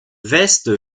veste